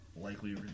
likely